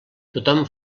tothom